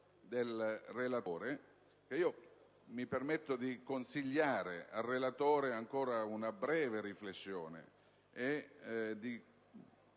del relatore, e io mi permetto di consigliargli ancora una breve riflessione al